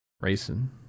racing